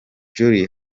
jolly